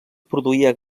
produïa